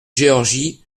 georgie